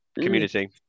community